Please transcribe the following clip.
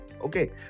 Okay